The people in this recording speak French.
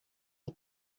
est